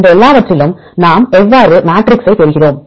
இந்த எல்லாவற்றிலும் நாம் எவ்வாறு மேட்ரிக்ஸைப் பெறுகிறோம்